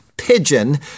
pigeon